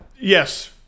Yes